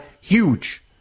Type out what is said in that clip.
huge